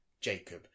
Jacob